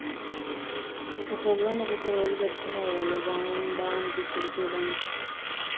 ఒక్కొక్క ప్రోగ్రాం ఒక్కొక్క రోజు పెట్టుకున్నారు వాళ్ళు బాగా బాగా అనిపించింది చూడడానికి